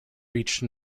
reached